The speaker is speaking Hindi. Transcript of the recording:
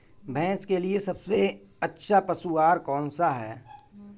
भैंस के लिए सबसे अच्छा पशु आहार कौनसा है?